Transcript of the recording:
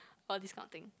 all this kind of thing